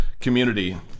community